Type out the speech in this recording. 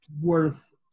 worth